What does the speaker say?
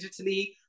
digitally